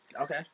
Okay